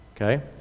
Okay